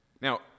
Now